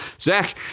Zach